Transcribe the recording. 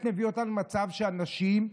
ההצעה דומה להרחבת העילה שבסעיף קטן (א)(3).